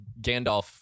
Gandalf